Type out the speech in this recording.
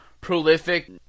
prolific